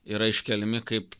yra iškeliami kaip